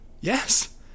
yes